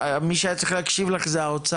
מי שהיה צריך להקשיב לך זה האוצר.